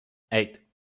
eight